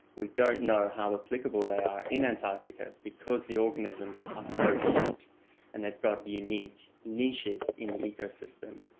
we don't know how applicable they are in antarctica, because the organisms are so different and they've got unique niches in the ecosystem.